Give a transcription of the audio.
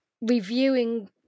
reviewing